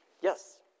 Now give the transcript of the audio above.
Yes